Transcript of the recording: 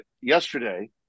yesterday